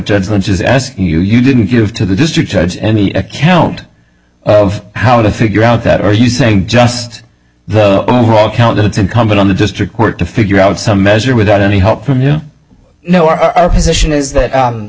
lynch is asking you you didn't give to the district judge any account of how to figure out that or are you saying just the overall count that it's incumbent on the district court to figure out some measure without any help from you know our position is that